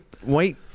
white